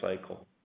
cycle